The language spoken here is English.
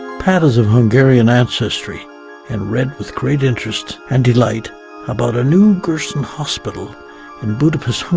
pat is of hungarian ancestry and read with great interest and delight about a new gerson hospital in budapest, um